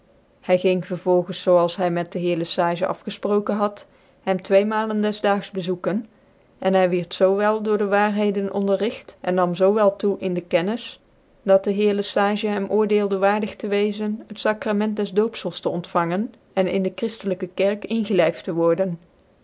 hy ging vervolgens zoo als hy niet dc lieer lc sage atgefproken had hem tweemalen des dangs bezoeken en hy wierd zoo wel dooi de waarheden onderrigt en nam zoo wel toe in de kennis dat dc heer lc sage hem oordeelde waardig te weczen het sacrament des doopzcls te ontfangen en in de christelijke kerk ingclyft tc worden